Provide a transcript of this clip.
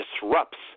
disrupts